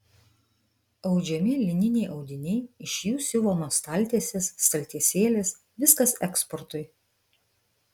audžiami lininiai audiniai iš jų siuvamos staltiesės staltiesėlės viskas eksportui